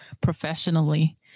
professionally